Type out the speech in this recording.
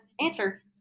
answer